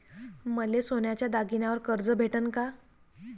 मले सोन्याच्या दागिन्यावर कर्ज भेटन का?